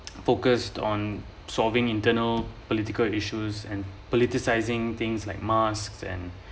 focused on solving internal political issues and politicising things like mask and